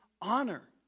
honor